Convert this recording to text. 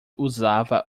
usava